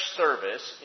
service